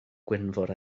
gwynfor